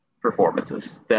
performances